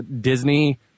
Disney